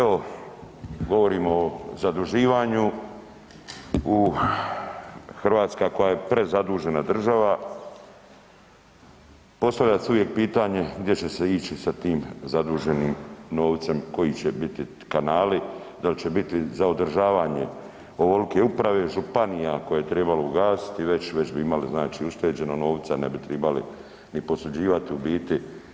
Evo govorimo o zaduživanju, Hrvatska koja je prezadužena država, postavlja se uvijek pitanje gdje će se ići sa tim zaduženim novcem, koji će biti kanali, dal će biti za održavanje ovolke uprave, županija koja je trebalo ugasiti već, već bi imali ušteđeno novca ne bi tribali ni posuđivati u biti.